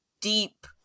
deep